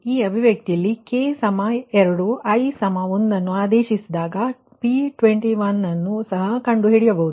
ಈ ಅಭಿವ್ಯಕ್ತಿಯಲ್ಲಿ k 2 i 1 ನ್ನು ಆದೇಶಿಸಿದಾಗ P21 ಅನ್ನು ಸಹ ಕಂಡುಹಿಡಿಯಬಹುದು